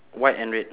white and red